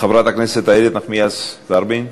חברת הכנסת איילת נחמיאס ורבין,